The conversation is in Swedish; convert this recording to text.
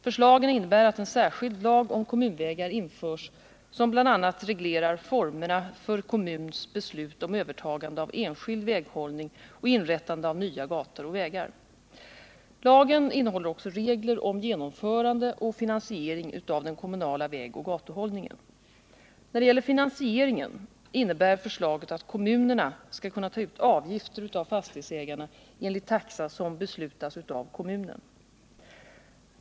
Förslagen innebär att en särskild lag om kommunvägar införs som bl.a. reglerar formerna för kommuns beslut om övertagande av enskild väghållning och inrättande av nya gator och vägar. Lagen innehåller också regler om genomförande och finansiering av den kommunala vägoch gatuhållningen. När det gäller finansieringen innebär förslaget att kommunerna skall kunna ta ut avgifter av fastighetsägarna enligt taxa som beslutas av kommunen.